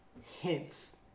hints